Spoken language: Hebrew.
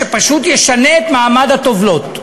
שפשוט ישנה את מעמד הטובלות,